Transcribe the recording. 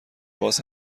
باز